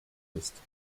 ist